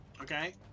Okay